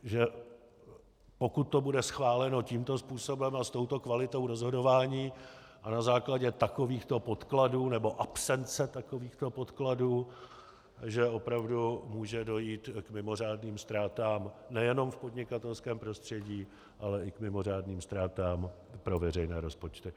Že pokud to bude schváleno tímto způsobem a s touto kvalitou rozhodování a na základě takovýchto podkladů nebo absence takovýchto podkladů, může opravdu dojít k mimořádným ztrátám nejen v podnikatelském prostředí, ale i k mimořádným ztrátám pro veřejné rozpočty.